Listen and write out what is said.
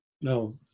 No